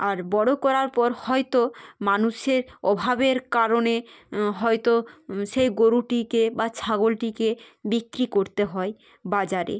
আর বড় করার পর হয়তো মানুষের অভাবের কারণে হয়তো সেই গোরুটিকে বা ছাগলটিকে বিক্রি করতে হয় বাজারে